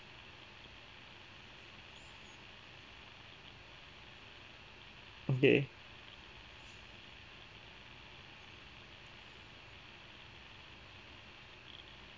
okay